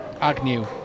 Agnew